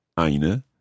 eine